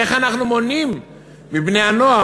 איך אנחנו מונעים מבני-הנוער,